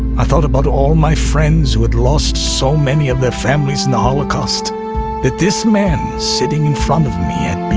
i thought about all my friends who had lost so many of their families in the holocaust that this man, sitting in front of me, and